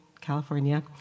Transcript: California